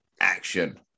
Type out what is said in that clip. Action